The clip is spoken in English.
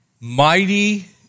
Mighty